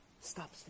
stop